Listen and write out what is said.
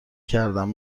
کردن